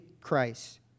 Christ